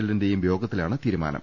എല്ലിന്റെയും യോഗത്തിലാണ് തീരുമാനം